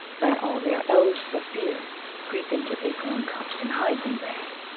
that all their elves for fear creep into acorn cups and hide them there.